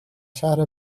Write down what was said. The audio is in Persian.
شهر